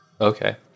Okay